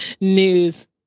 news